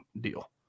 deal